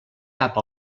cap